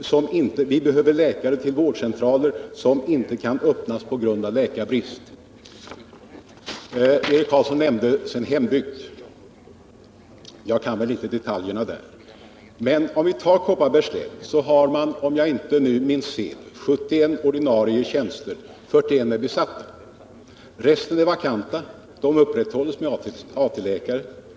Vi behöver läkare till vårdcentraler som inte kan öppnas på grund av läkarbrist.” Eric Carlsson nämnde sin hembygd. Jag kan väl inte detaljerna där när det gäller den öppna vården. Men i Kopparbergs län, om jag inte tar fel, finns det 71 ordinarie tjänster. 41 är tillsatta. Resten upprätthålls med exempelvis AT-läkare.